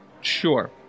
sure